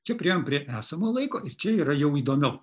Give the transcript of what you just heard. čia priėjom prie esamojo laiko ir čia yra jau įdomiau